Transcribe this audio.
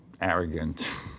arrogant